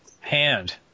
hand